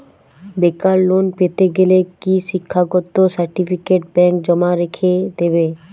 বেকার লোন পেতে গেলে কি শিক্ষাগত সার্টিফিকেট ব্যাঙ্ক জমা রেখে দেবে?